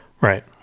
right